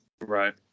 Right